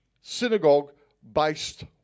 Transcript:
synagogue-based